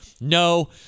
no